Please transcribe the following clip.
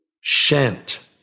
Shant